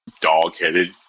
dog-headed